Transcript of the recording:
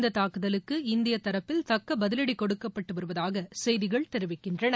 இந்தத் தாக்குதலுக்கு இந்திய தரப்பில் தக்க பதில்டி கொடுக்கப்பட்டு வருவதாக செய்திகள் தெரிவிக்கின்றன